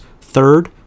third